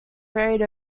varied